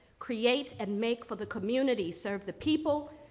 create, and make for the community, serve the people,